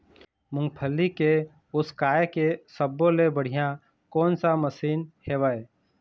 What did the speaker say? मूंगफली के उसकाय के सब्बो ले बढ़िया कोन सा मशीन हेवय?